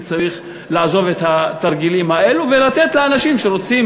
וצריך לעזוב את התרגילים האלה ולתת לאנשים שרוצים